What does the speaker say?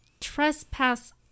trespass